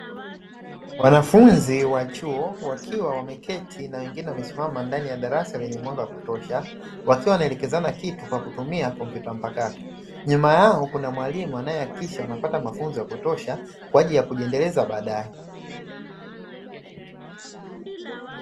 Wanafunzi wa chuo wakiwa wameketi na wengine wamesimama ndani ya darasa lenye mwanga wa kutosha, wakiwa wanaelekezana kitu kwa kutumia kompyuta mpakato, nyuma hao kuna mwalimu anayehakikisha wanapata mafunzo ya kutosha kwa ajili ya kujiendeleza baadae.